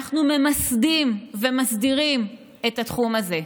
אנחנו ממסדים ומסדירים את התחום הזה.